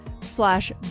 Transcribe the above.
slash